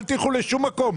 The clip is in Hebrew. אל תלכו לשום מקום,